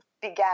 began